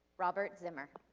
robert zimmer.